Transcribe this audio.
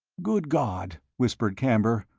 good god, whispered camber,